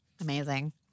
Amazing